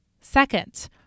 Second